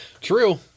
True